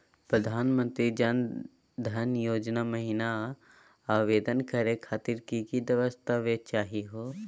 प्रधानमंत्री जन धन योजना महिना आवेदन करे खातीर कि कि दस्तावेज चाहीयो हो?